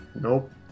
Nope